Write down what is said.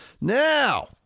Now